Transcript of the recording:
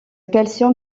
calcium